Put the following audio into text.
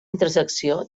intersecció